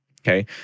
Okay